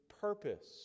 purpose